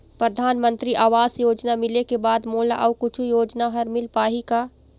परधानमंतरी आवास योजना मिले के बाद मोला अऊ कुछू योजना हर मिल पाही का?